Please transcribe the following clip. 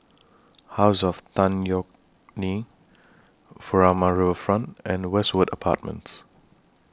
House of Tan Yeok Nee Furama Riverfront and Westwood Apartments